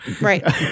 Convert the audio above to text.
Right